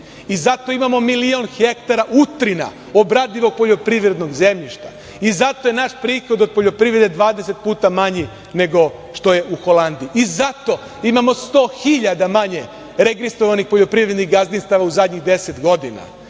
Zato imamo milion hektara utrina, obradivog poljoprivrednog zemljišta i zato je naš prihod od poljoprivrede 20 puta manji nego što je u Holandiji. Zato imamo sto hiljada manje registrovanih poljoprivrednih gazdinstava u zadnjih 10 godina,